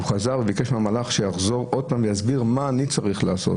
הוא חזר וביקש מהמלאך שיחזור עוד פעם ויסביר מה אני צריך לעשות.